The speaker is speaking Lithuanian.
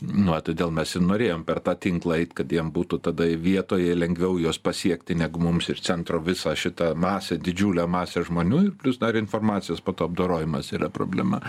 nu va todėl mes ir norėjom per tą tinklą kad jiem būtų tada vietoje lengviau juos pasiekti negu mums iš centro visą šitą masę didžiulę masę žmonių ir plius dar informacijos po to apdorojimas yra problema